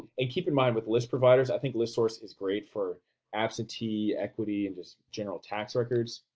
and keep in mind with list providers, i think listsource is great for absentee, equity and just general tax records.